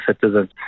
citizens